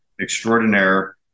extraordinaire